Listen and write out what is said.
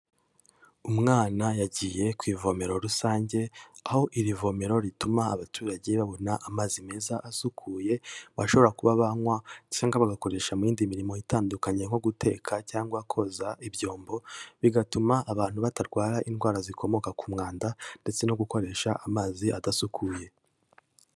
Umwana yagiye ku ivomero rusange, aho iri vomero rituma abaturage babona amazi meza asukuye bashobora kuba banywa cyangwa bagakoresha mu yindi mirimo itandukanye nko guteka cyangwa koza ibyombo, bigatuma abantu batarwara indwara zikomoka ku mwanda ndetse no gukoresha amazi adasukuye.